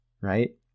right